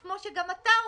כמו שגם אתה אומר,